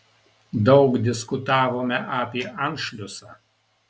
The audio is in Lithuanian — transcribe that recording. daug diskutavome apie anšliusą